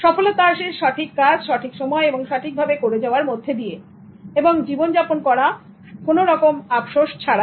সফলতা আসে সঠিক কাজ সঠিক সময় এবং সঠিকভাবে করে যাওয়ার মধ্যে দিয়ে এবং জীবনযাপন করা আফসোস ছাড়া